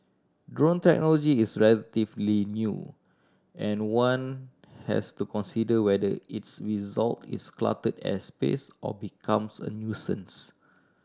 drone technology is relatively new and one has to consider whether it's result it's cluttered airspace or becomes a nuisance